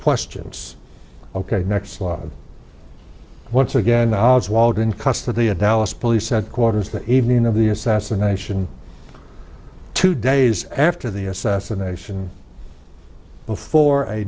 questions ok next slide once again hours walled in custody a dallas police headquarters the evening of the assassination two days after the assassination before a